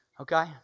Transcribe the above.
Okay